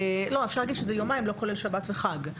אפשר להגיד שזה יומיים, לא כולל שבת וחג.